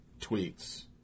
Tweets